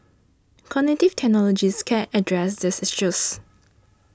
cognitive technologies can address these issues